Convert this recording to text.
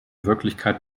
wirklichkeit